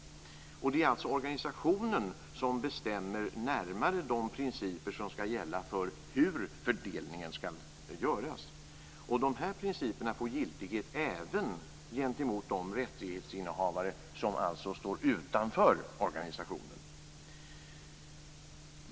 Det är alltså organisationen som närmare bestämmer de principer som skall gälla för hur fördelningen skall göras. Dessa principer får giltighet även gentemot de rättighetshavare som står utanför organisationen.